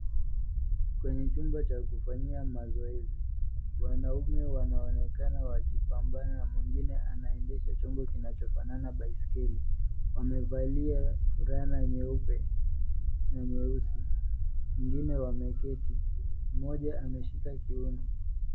Kwenye chumba cha kufanyia mazoezi, wanaume wanaonekana wakipambana na mwingine anaendesha chombo kinachofanana na baiskeli. Wamevalia fulana nyeupe na meusi. Wengine wameketi. Mmoja ameshika kiuno.